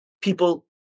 people